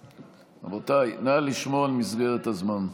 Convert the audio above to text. רבותיי, נא לשמור על מסגרת הזמן.